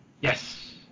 Yes